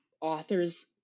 authors